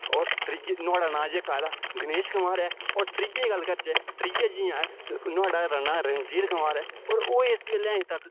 होर त्रियै नुहाड़ा नांऽ जेह्का तां गणेश कुमार ऐ होर त्रियै दी गल्ल करचै त्रिया जि'यां ऐ नुहाड़ा नांऽ रंजीत कुमार ऐ होर ओह् इस बैल्ले अजें तक